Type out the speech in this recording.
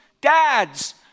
dads